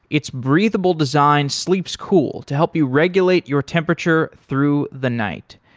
its breathable design sleeps cool to help you regulate your temperature through the night.